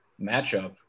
matchup